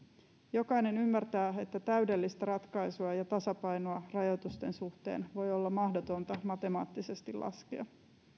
jokainen ymmärtää että täydellistä ratkaisua ja tasapainoa rajoitusten suhteen voi olla mahdotonta matemaattisesti laskea